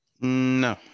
no